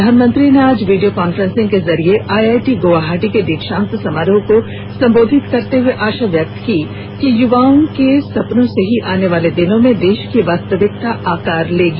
प्रधानमंत्री ने आज वीडियो कान्फ्रेंस के जरिए आईआईटी गुवाहाटी के दीक्षान्त समारोह को संबोधित करते हुए आशा व्यक्त की कि युवाओं के सपनों से ही आने वाले दिनों में देश की वास्तविकता आकार लेगी